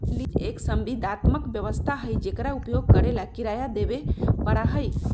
lease एक संविदात्मक व्यवस्था हई जेकरा उपयोग करे ला किराया देवे पड़ा हई